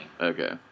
Okay